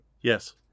Yes